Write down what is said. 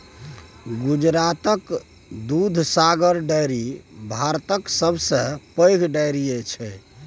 गुजरातक दुधसागर डेयरी भारतक सबसँ पैघ डेयरी छै